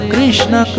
Krishna